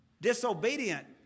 disobedient